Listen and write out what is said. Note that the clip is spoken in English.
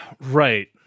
Right